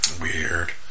Weird